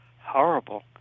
horrible